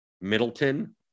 Middleton